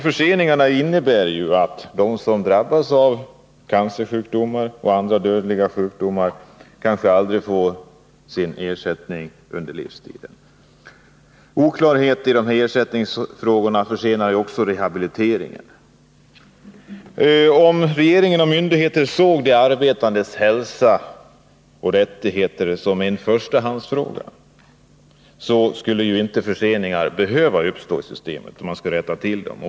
Förseningarna innebär att de som drabbas av cancersjukdomar och andra dödliga sjukdomar kanske aldrig får sin ersättning under livstiden. Oklarhet i ersättningsfrågorna försenar också rehabiliteringen. Om regeringen och myndigheterna såg de arbetandes hälsa och rättigheter som en förstahandsfråga skulle inte förseningar behöva uppstå i systemet, utan då skulle man rätta till dem.